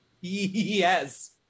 Yes